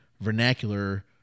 vernacular